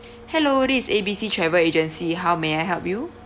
hello this is A B C travel agency how may I help you